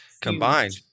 Combined